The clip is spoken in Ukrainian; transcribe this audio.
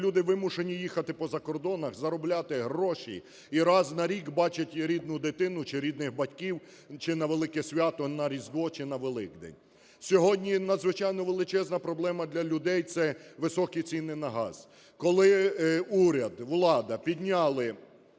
люди вимушені їхати по закордонах, заробляти гроші і раз на рік бачить рідну дитину чи рідних батьків, чи на велике свято, на Різдво, чи на Великдень. Сьогодні надзвичайно величезна проблема для людей – це високі ціни на газ. Коли уряд, влада підняли,